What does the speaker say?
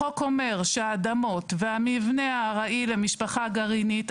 החוק אומר שהאדמות והמבנה הארעי למשפחה גרעינית,